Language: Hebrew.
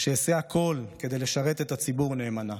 שאעשה הכול כדי לשרת את הציבור נאמנה.